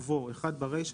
ובו- ברישה,